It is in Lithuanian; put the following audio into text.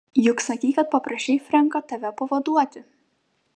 juk sakei kad paprašei frenką tave pavaduoti